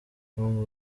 come